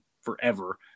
forever